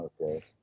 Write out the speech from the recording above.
okay